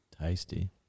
Tasty